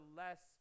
less